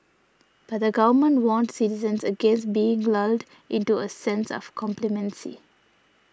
but the Government warned citizens against being lulled into a sense of complacency